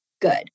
good